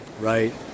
right